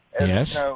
Yes